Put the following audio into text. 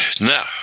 Now